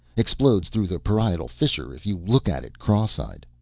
explodes through the parietal fissure if you look at it cross-eyed.